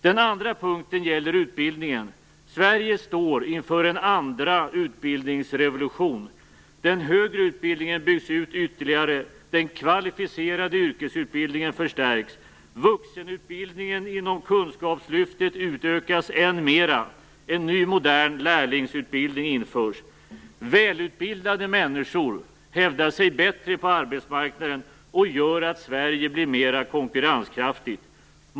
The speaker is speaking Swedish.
Den andra punkten gäller utbildningen. Sverige står inför en andra utbildningsrevolution. Den högre utbildningen byggs ut ytterligare. Den kvalificerade yrkesutbildningen förstärks. Vuxenutbildningen inom kunskapslyftet utökas än mer. En ny modern lärlingsutbildning införs. Välutbildade människor hävdar sig bättre på arbetsmarknaden och gör att Sverige blir mer konkurrenskraftigt.